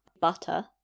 Butter